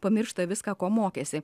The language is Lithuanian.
pamiršta viską ko mokėsi